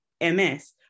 MS